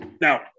Now